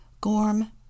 Gorm